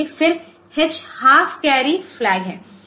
फिर H half carry फ्लैगहै